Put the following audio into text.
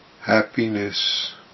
happiness